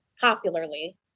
popularly